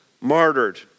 martyred